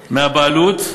99% מהבעלות,